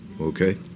okay